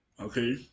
Okay